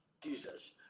Jesus